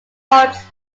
vaults